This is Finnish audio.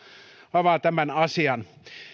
avaa tämän asian